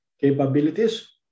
capabilities